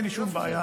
אין לי שום בעיה.